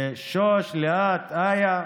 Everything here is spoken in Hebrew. שוש, ליאת, איה.